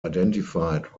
identified